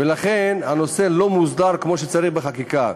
ולכן, הנושא לא מוסדר כמו שצריך בחקיקה.